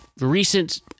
recent